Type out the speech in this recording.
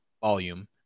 volume